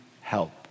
help